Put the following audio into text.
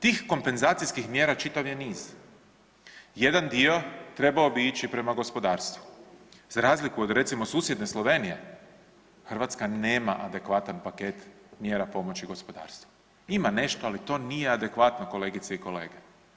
Tih kompenzacijskih mjera čitav je niz, jedan dio trebao bi ići prema gospodarstvu, za razliku recimo od susjedne Slovenije Hrvatska nema adekvatan paket mjera pomoći gospodarstvu, ima nešto, ali to nije adekvatno kolegice i kolege.